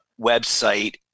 website